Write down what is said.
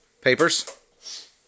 Papers